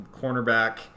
cornerback